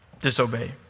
disobey